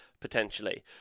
potentially